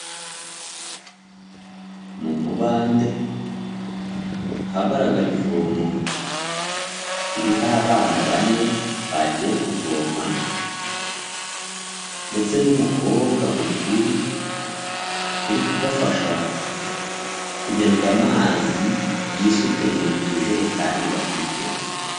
Mu mubande ahagaragara ivomo ririho abana bane bagiye kuvoma, ndetse n'umukobwa mukuru uri kubafasha kugira ngo amazi yisuke mu tujerekani bafite.